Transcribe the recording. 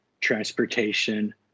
transportation